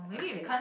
okay